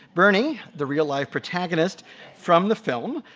bernie, the real life protagonist from the film,